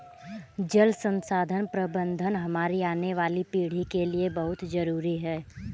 जल संसाधन प्रबंधन हमारी आने वाली पीढ़ी के लिए बहुत जरूरी है